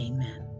Amen